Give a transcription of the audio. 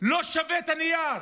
לא שווה את הנייר.